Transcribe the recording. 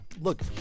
look